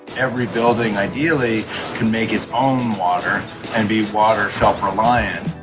every building ideally can make its own water and be water self-reliant.